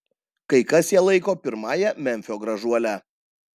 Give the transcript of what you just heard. kai kas ją laiko pirmąja memfio gražuole